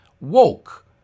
woke